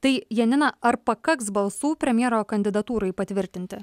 tai janina ar pakaks balsų premjero kandidatūrai patvirtinti